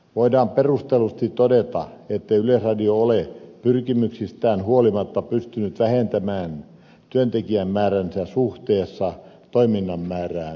voidaan perustellusti todeta ettei yleisradio ole pyrkimyksistään huolimatta pystynyt vähentämään työntekijämääräänsä suhteessa toiminnan määrään